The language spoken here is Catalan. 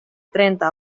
trenta